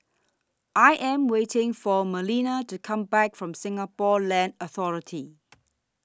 I Am waiting For Melina to Come Back from Singapore Land Authority